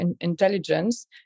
intelligence